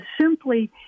simply